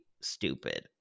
stupid